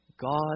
God